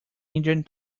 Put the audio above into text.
engine